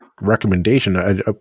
recommendation